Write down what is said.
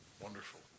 Wonderful